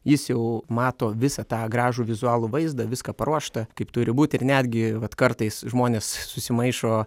jis jau mato visą tą gražų vizualų vaizdą viską paruošta kaip turi būt ir netgi vat kartais žmonės susimaišo